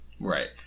Right